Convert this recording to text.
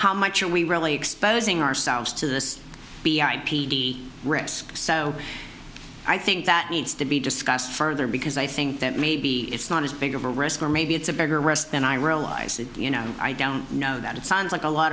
how much are we really exposing ourselves to this be ip risk so i think that needs to be discussed further because i think that maybe it's not as big of a risk or maybe it's a bigger rest than i realized you know i don't know that it sounds like a lot